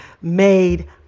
made